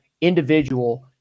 individual